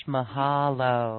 Mahalo